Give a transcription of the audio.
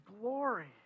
glory